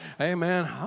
Amen